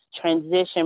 transition